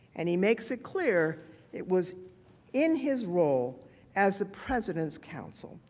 and he makes it clear it was in his role as the president's counsel.